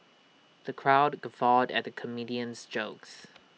the crowd guffawed at the comedian's jokes